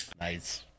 Nice